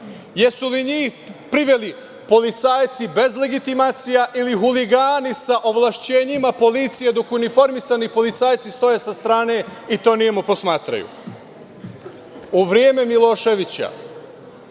Jesu li njih priveli policajci bez legitimacija ili huligani sa ovlašćenjima policije, dok uniformisani policajci stoje sa strane i to nemo posmatraju?U vreme Miloševića